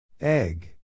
Egg